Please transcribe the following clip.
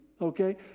okay